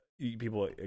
People